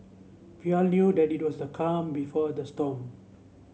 we all knew that it was the calm before the storm